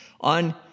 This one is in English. on